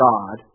God